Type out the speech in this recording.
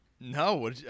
No